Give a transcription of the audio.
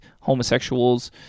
homosexuals